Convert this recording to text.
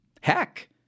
Heck